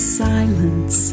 silence